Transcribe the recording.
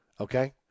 okay